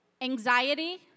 anxiety